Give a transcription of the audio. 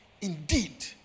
Indeed